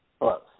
Close